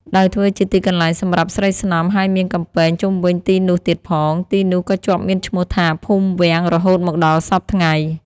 ដោយធ្វើជាទីកន្លែងសម្រាប់ស្រីស្នំហើយមានកំពែងជុំវិញទីនោះទៀតផង ទីនោះក៏ជាប់មានឈ្មោះថា ភូមិវាំង រហូតមកដល់សព្វថ្ងៃ ។